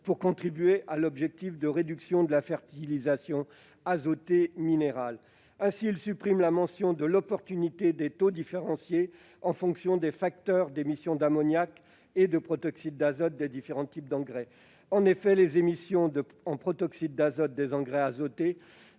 de contribuer à l'objectif de réduction de la fertilisation azotée minérale. Ainsi est-il proposé de supprimer la mention de « l'opportunité de fixer des taux différenciés en fonction des facteurs d'émissions d'ammoniac et de protoxyde d'azote des différents types d'engrais ». En effet, les émissions de protoxyde d'azote des engrais azotés